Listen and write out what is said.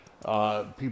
people